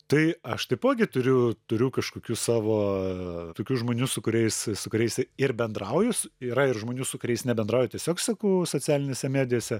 tai aš taipogi turiu turiu kažkokių savo tokių žmonių su kuriais su kuriais ir bendrauju s yra ir žmonių su kuriais nebendrauju tiesiog seku socialinėse medijose